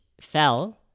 fell